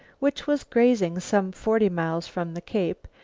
which was grazing some forty miles from the cape,